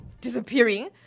disappearing